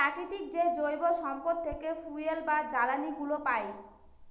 প্রকৃতির যে জৈব সম্পদ থেকে ফুয়েল বা জ্বালানিগুলো পাই